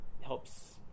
helps